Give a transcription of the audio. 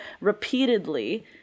repeatedly